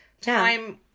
time